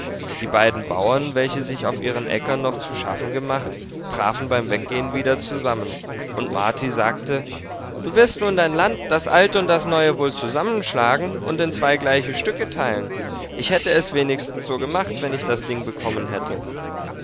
die beiden bauern welche sich auf ihren äckern noch zu schaffen gemacht trafen beim weggehen wieder zusammen und marti sagte du wirst nun dein land das alte und das neue wohl zusammenschlagen und in zwei gleiche stücke teilen ich hätte es wenigstens so gemacht wenn ich das ding bekommen hätte